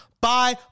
bye